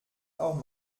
auch